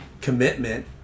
commitment